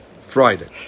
Friday